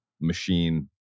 machine